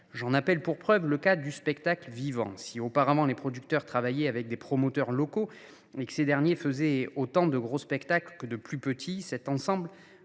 J’en veux pour preuve le cas du spectacle vivant. Auparavant, les producteurs travaillaient avec des promoteurs locaux, lesquels s’occupaient autant de gros spectacles que de plus petits, cette